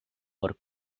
por